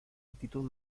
altitud